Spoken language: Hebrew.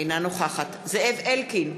אינה נוכחת זאב אלקין,